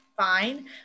fine